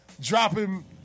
dropping